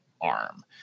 arm